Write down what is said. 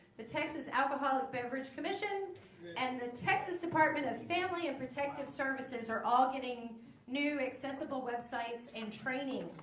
the texas alcoholic beverage commission and the texas department of family and protective services are all getting new accessible websites and training.